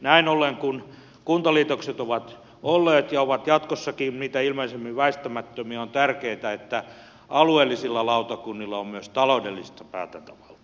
näin ollen kun kuntaliitokset ovat olleet ja ovat jatkossakin mitä ilmeisimmin väistämättömiä on tärkeätä että alueellisilla lautakunnilla on myös taloudellista päätäntävaltaa